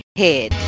head